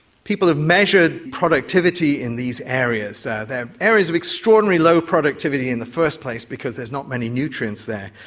people have measured productivity in these areas. they are areas of extraordinary low productivity in the first place because there's not many nutrients there,